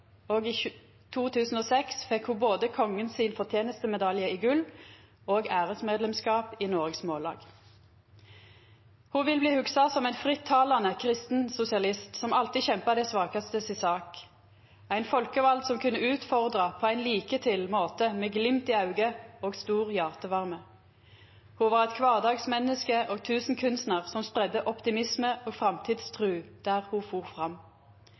og i 2006 fekk ho både Kongens fortenestemedalje i gull og æresmedlemskap i Noregs Mållag. Ho vil bli hugsa som ein frittalande kristensosialist som alltid kjempa dei svakaste si sak, ein folkevald som kunne utfordra på ein liketil måte med glimt i auget og stor hjartevarme. Ho var eit kvardagsmenneske og tusenkunstnar som spreidde optimisme og framtidstru der ho fór fram.